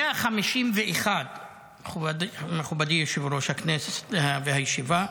151, מכובדי יושב-ראש הישיבה,